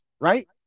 right